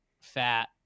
fat